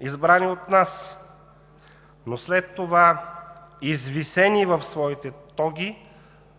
избрани от нас, но след това извисени в своите тоги,